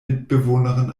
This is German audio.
mitbewohnerin